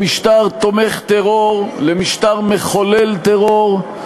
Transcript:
למשטר תומך טרור, למשטר מחולל טרור,